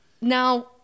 Now